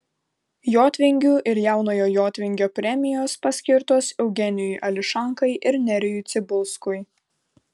jotvingių ir jaunojo jotvingio premijos paskirtos eugenijui ališankai ir nerijui cibulskui